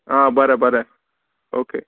आं बरें बरें ओके